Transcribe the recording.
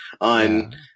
on